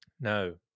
No